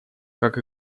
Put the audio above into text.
как